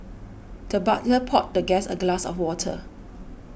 the butler poured the guest a glass of water